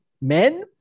Men